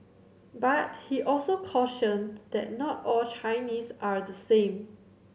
but he also cautioned that not all Chinese are the same